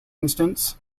instance